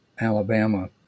Alabama